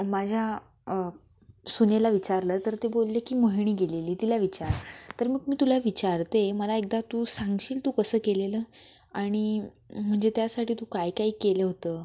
माझ्या सुनेला विचारलं तर ते बोलले की मोहिनी गेलेली तिला विचार तर मग मी तुला विचारते मला एकदा तू सांगशील तू कसं केलेलं आणि म्हणजे त्यासाठी तू काय काय केलं होतं